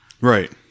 Right